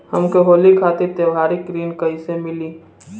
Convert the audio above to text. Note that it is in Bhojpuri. हमके होली खातिर त्योहारी ऋण कइसे मीली?